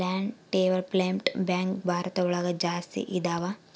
land development bank Bharat ಒಳಗ ಜಾಸ್ತಿ ಇದಾವ